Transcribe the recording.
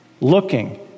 looking